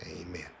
amen